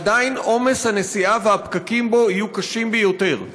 עדיין עומס הנסיעה והפקקים בו יהיו קשים ביותר.